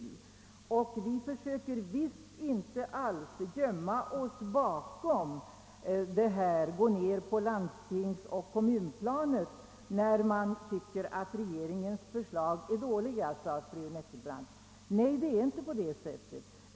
Fru Nettelbrandt sade att vi försöker gömma våra misslyckanden i regeringsställning genom att gå ned till landstingsoch till kommunplanet, då regeringens förslag anses dåliga, men så förhåller det sig inte.